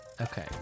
Okay